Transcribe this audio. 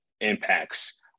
impacts